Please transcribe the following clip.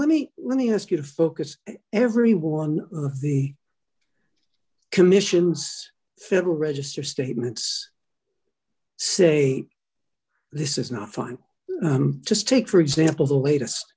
let me let me ask you to focus every one of the commission's federal register statements say this is not fine just take for example the latest